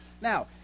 Now